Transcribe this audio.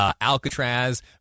Alcatraz